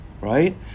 right